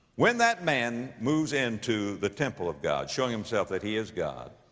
when that man moves into the temple of god showing himself that he is god,